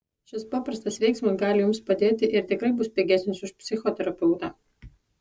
šis paprastas veiksmas gali jums padėti ir tikrai bus pigesnis už psichoterapeutą